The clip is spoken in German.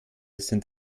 sind